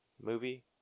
movie